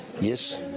yes